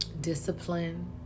discipline